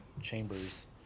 Chambers